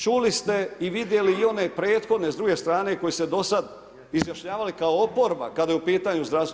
Čuli ste i vidjeli i one prethodne, s druge strane, koji se do sada izjašnjavali kao oporba kada je u pitanju zdravstvo.